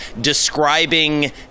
describing